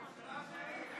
הממשלה שהיית,